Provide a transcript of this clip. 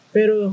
Pero